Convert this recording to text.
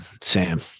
Sam